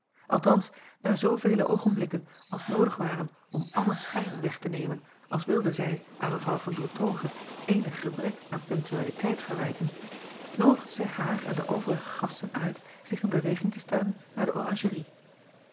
althans na zoovele oogenblikken als noodig waren om allen schijn weg te nemen als wilde zij aan w an oertoghe eenig gebrek aan punktualiteit verwijten noodigde zij haar en de overige gasten uit zich in beweging te stellen naar de oranjerie